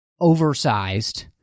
oversized